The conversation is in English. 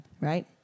Right